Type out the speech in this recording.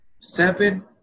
seven